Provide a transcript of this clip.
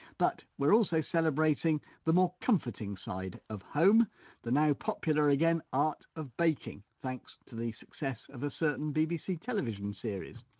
but we're also celebrating the more comforting side of home the now popular again, art of baking, thanks to the success of a certain bbc television series.